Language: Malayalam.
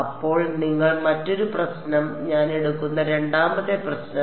അപ്പോൾ നിങ്ങൾ മറ്റൊരു പ്രശ്നം ഞാൻ എടുക്കുന്ന രണ്ടാമത്തെ പ്രശ്നം